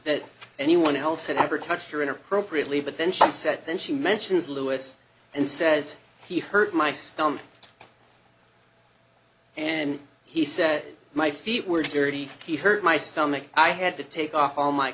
that anyone else had ever touched her inappropriately but then she said then she mentions louis and says he hurt my stomach and he said my feet were dirty he hurt my stomach i had to take off all my